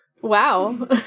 wow